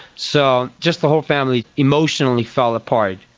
so just the whole family emotionally fell apart.